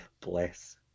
Bless